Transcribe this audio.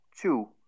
Two